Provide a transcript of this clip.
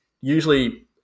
usually